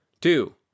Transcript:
Two